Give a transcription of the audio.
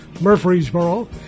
Murfreesboro